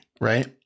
right